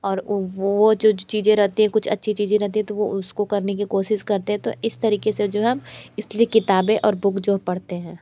और ओ वो जो चीज़ें रहती है कुछ अच्छी चीज़ें रहती है तो वो उसको करने के कोशिश करते हैं तो इस तरीके से जो हम इसलिए किताबें और बूक जो हम पढ़ते हैं